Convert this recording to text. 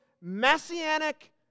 messianic